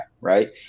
Right